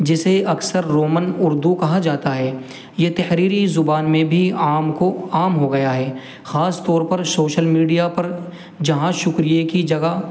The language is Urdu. جسے اکثر رومن اردو کہا جاتا ہے یہ تحریری زبان میں بھی عام کو عام ہو گیا ہے خاص طور پر شوشل میڈیا پر جہاں شکریے کی جگہ پر